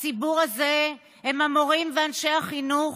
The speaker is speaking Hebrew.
הציבור הזה הם המורים ואנשי החינוך,